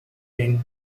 wind